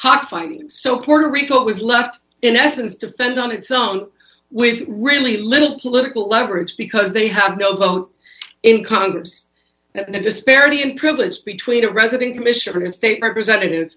cockfighting so puerto rico was left in essence to fend on its own with really little political leverage because they had no vote in congress and the disparity in privileges between a resident commissioner his state representative